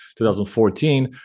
2014